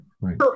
right